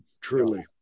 Truly